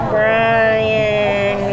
Brian